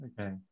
Okay